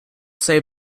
save